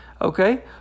Okay